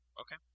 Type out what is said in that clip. Okay